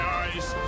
eyes